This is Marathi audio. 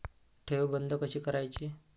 ठेव बंद कशी करायची?